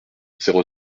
zéro